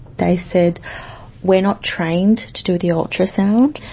they said we're not trained to do the ultrasound.